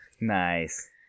Nice